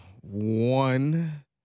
one